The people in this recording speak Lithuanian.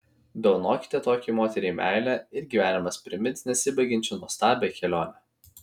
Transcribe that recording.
dovanokite tokiai moteriai meilę ir gyvenimas primins nesibaigiančią nuostabią kelionę